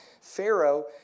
Pharaoh